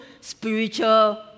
spiritual